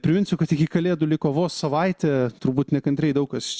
priminsiu kad iki kalėdų liko vos savaitė turbūt nekantriai daug kas